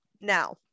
Now